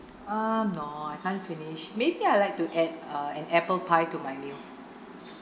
ah no I can't finish maybe I'd like to add uh an apple pie to my meal